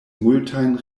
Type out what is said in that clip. multajn